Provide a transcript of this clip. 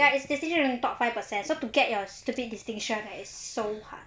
ya it's distinction only top five percent so to get your stupid distinction right is so hard